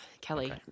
Kelly